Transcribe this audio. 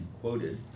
quoted